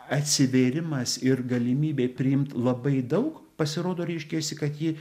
atsivėrimas ir galimybė priimt labai daug pasirodo reiškiasi kad ji